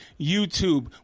YouTube